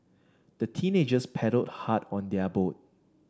the teenagers paddled hard on their boat